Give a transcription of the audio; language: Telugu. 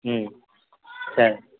సరే